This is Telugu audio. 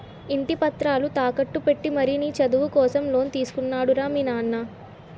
ఇంటి పత్రాలు తాకట్టు పెట్టి మరీ నీ చదువు కోసం లోన్ తీసుకున్నాడు రా మీ నాన్న